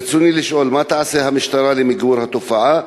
רצוני לשאול: 1. מה תעשה המשטרה למיגור התופעה?